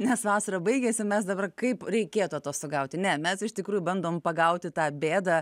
nes vasara baigėsi mes dabar kaip reikėtų atostogauti ne mes iš tikrųjų bandom pagauti tą bėdą